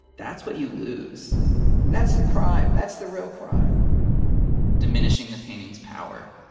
that's what you lose that's the crime. that's the real crime diminishing the painting's power?